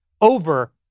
over